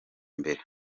mbere